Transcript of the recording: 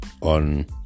on